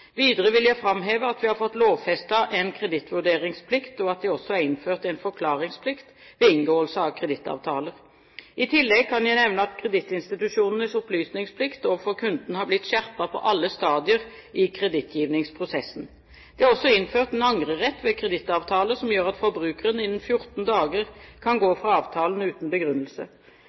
Videre vil jeg framheve at vi har fått lovfestet en kredittvurderingsplikt, og at det også er innført en forklaringsplikt ved inngåelse av kredittavtaler. I tillegg kan jeg nevne at kredittinstitusjonenes opplysningsplikt overfor kunden har blitt skjerpet på alle stadier i kredittgivingsprosessen. Det er også innført en angrerett ved kredittavtaler, som gjør at forbrukeren innen 14 dager kan gå fra avtalen uten begrunnelse.